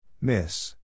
Miss